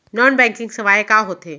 Non banking सेवाएं का होथे?